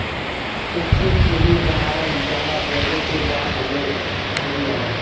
ऊख से चीनी बनावल जाला जेके फिर बाद में खाइल जाला